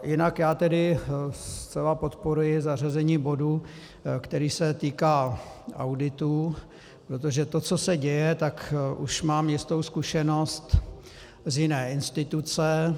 Jinak já tedy zcela podporuji zařazení bodu, který se týká auditů, protože to, co se děje, tak už mám jistou zkušenost z jiné instituce.